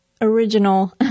original